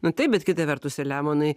nu taip bet kita vertus seliamonai